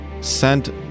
sent